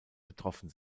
betroffen